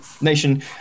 nation